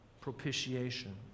propitiation